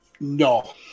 No